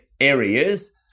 areas